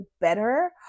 better